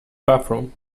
bathroom